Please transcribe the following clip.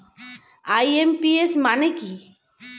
IMPS মানে কি?